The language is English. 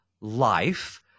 life